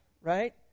right